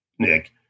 Nick